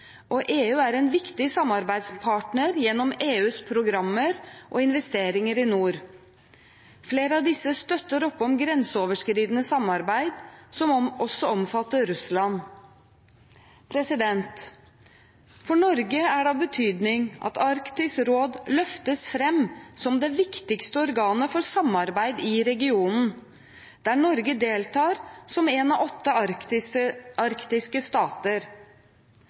og EU er en viktig samarbeidspartner gjennom EUs programmer og investeringer i nord. Flere av disse støtter opp om grenseoverskridende samarbeid som også omfatter Russland. For Norge er det av betydning at Arktisk råd løftes fram som det viktigste organet for samarbeid i regionen, der Norge deltar som en av åtte arktiske stater.